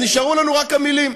אז נשארו לנו רק המילים,